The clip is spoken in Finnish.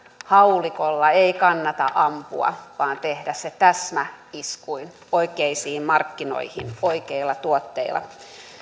haulikolla ei kannata ampua vaan tehdä se täsmäiskuin oikeisiin markkinoihin oikeilla tuotteilla